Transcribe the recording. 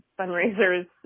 fundraisers